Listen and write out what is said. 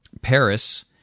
Paris